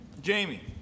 Jamie